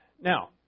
Now